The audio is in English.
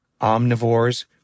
omnivores